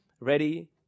ready